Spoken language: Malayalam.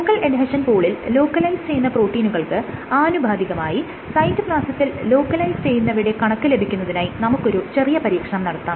ഫോക്കൽ എഡ്ഹെഷൻ പൂളിൽ ലോക്കലൈസ് ചെയ്യുന്ന പ്രോട്ടീനുകൾക്ക് ആനുപാതികമായി സൈറ്റോപ്ലാസത്തിൽ ലോക്കലൈസ് ചെയ്യുന്നവയുടെ കണക്ക് ലഭിക്കുന്നതിനായി നമുക്കൊരു ചെറിയ പരീക്ഷണം നടത്താം